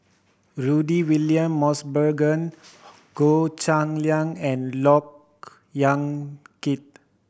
Rudy William Mosbergen Goh Cheng Liang and Look Yan Kit